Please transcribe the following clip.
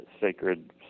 sacred